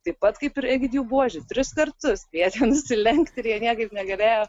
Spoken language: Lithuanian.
taip pat kaip ir egidijų buožį tris kartus kvietė nusilenkti ir jie niekaip negalėjo